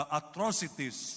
atrocities